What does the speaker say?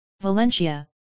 Valencia